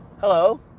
hello